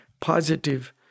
positive